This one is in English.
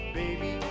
baby